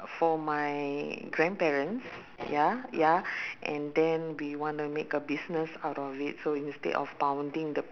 for my grandparents ya ya and then we wanna make a business out of it so instead of pounding the